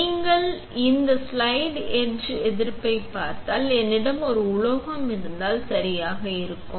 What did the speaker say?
நீங்கள் இந்த slide etch எதிர்ப்பைப் பார்த்தால் என்னிடம் ஒரு உலோகம் இருந்தால் சரியாக இருக்கும்